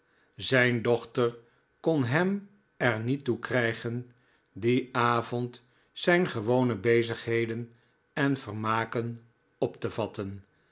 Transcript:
zijn dochter kon hem er niet toe krijgen p dien avond zijn gewone bezigheden en vermaken op te vatten